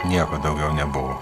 nieko daugiau nebuvo